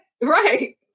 right